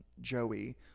joey